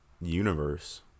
universe